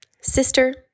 Sister